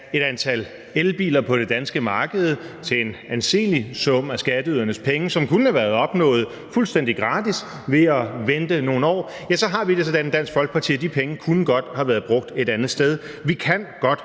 et antal elbiler på det danske marked til en anselig sum af skatteydernes penge, hvilket kunne have været opnået fuldstændig gratis ved at vente nogle år, ja, så har vi det sådan i Dansk Folkeparti, at de penge godt kunne have været brugt et andet sted. Vi kan godt